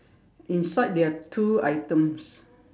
inside there are two items